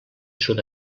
sud